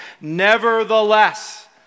Nevertheless